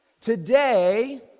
Today